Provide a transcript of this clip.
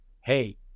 hey